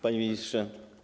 Panie Ministrze!